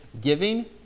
giving